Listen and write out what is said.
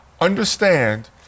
understand